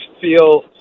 feel